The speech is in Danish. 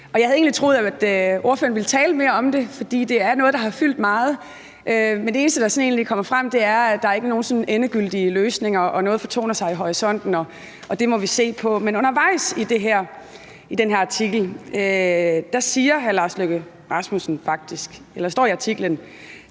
egentlig troet, at ordføreren ville tale mere om det, for det er noget, der har fyldt meget, men det eneste, der egentlig er kommet frem, er, at der ikke er nogen sådan endegyldige løsninger, og at noget fortoner sig i horisonten og det må vi se på. Men der står faktisk undervejs i den